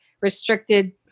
restricted